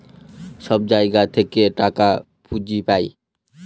সব জায়গা থেকে টাকার পুঁজি পাই